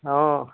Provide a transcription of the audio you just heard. অ